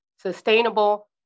sustainable